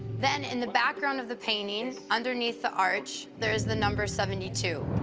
then, in the background of the painting, underneath the arch, there is the number seventy two.